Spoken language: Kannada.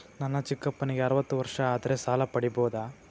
ನನ್ನ ಚಿಕ್ಕಪ್ಪನಿಗೆ ಅರವತ್ತು ವರ್ಷ ಆದರೆ ಸಾಲ ಪಡಿಬೋದ?